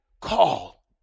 call